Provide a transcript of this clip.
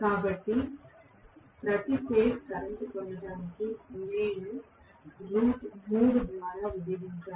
కాబట్టి ప్రతి phase current పొందడానికి నేను 3 ద్వారా విభజించాలి